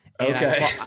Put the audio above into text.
Okay